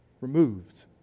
removed